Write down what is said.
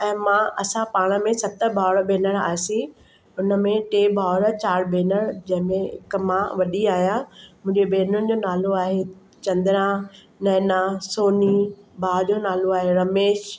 ऐं मां असां पाण में सत भाउरु भेनरु हुआसीं हुन में टे भाउर चार भेनर जंहिंमें हिकु मां वॾी आहियां मुंहिंजी भेनरुनि जो नालो आहे चंद्रा मैना सोनी भाउ जो नालो आहे रमेश